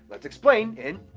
let's explain in